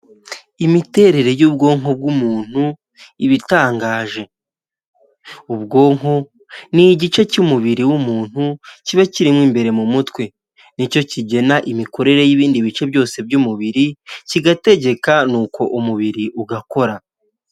Imiterere y'ubwonko bw'umuntu iba itangaje! Ubwonko ni igice cy'umubiri w'umuntu kiba kirimo imbere mu mutwe, ni cyo kigena imikorere y'ibindi bice byose by'umubiri kigategeka nuko umubiri ugakora.